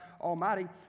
Almighty